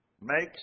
makes